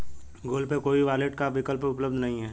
Google Pay में कोई wallet का विकल्प उपलब्ध नहीं है